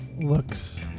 looks